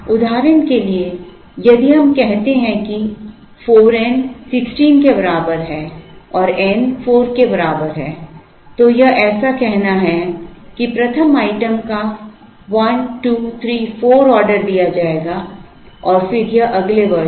उदाहरण के लिए यदि हम कहते हैं कि 4 n 16 के बराबर है और n 4 के बराबर है तो यह ऐसा कहना है कि प्रथम आइटम का 1 2 3 4 ऑर्डर दिया जाएगा और फिर यह अगले वर्ष है